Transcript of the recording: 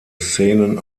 szenen